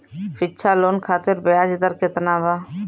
शिक्षा लोन खातिर ब्याज दर केतना बा?